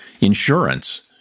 insurance